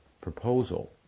proposal